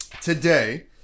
today